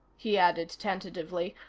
he added tentatively,